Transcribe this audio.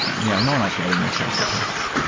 yeah no one likes writing their software tests,